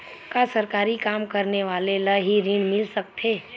का सरकारी काम करने वाले ल हि ऋण मिल सकथे?